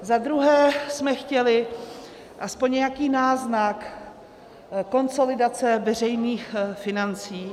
Za druhé jsme chtěli aspoň nějaký náznak konsolidace veřejných financí.